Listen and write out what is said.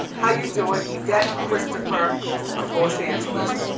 how you doin'? yvette christopher of los angeles.